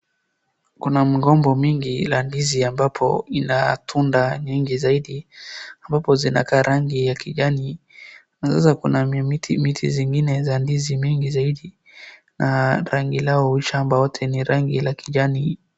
Kuna migomba mingi ila ndizi ambapo ina tunda nyingi zaidi ambapo zinakaa rangi ya kijani. Na sasa kuna miamiti miti zingine za ndizi mingi zaidi na rangi lao shamba lote ni rangi la kijani.